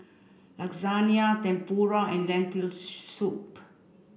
Lasagna Tempura and Lentil soup